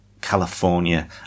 California